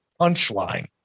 punchline